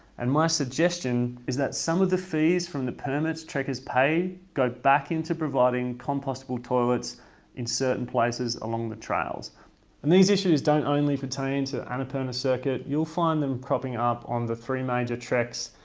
and my suggestion is that some of the fees from the permits trekkers pay go back into providing compostable toilets in certain places along the trails and these issues don't only pertain to the and annapurna circuit, you'll find them cropping up on the three major treks,